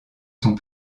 sont